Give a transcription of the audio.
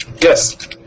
Yes